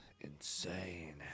insane